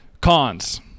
Cons